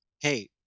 hey